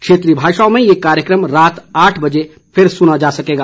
क्षेत्रीय भाषाओं में यह कार्यक्रम रात आठ बजे फिर सुना जा सकेगा